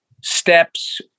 steps